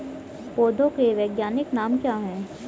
पौधों के वैज्ञानिक नाम क्या हैं?